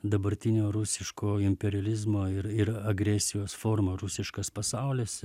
dabartinio rusiško imperializmo ir ir agresijos forma rusiškas pasaulis